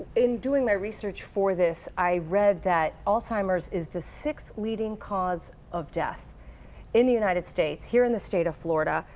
in doing my research to this, i read that alzheimer's is the sixth leading cause of death in the united states here in the state of florida.